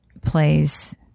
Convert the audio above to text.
plays